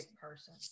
person